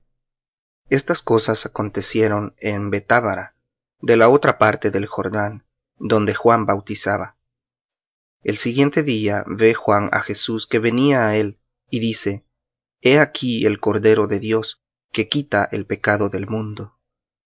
estas cosas acontecieron en betábara de la otra parte del jordán donde juan bautizaba el siguiente día ve juan á jesús que venía á él y dice he aquí el cordero de dios que quita el pecado del mundo